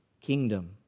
kingdom